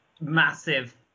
massive